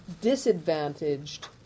disadvantaged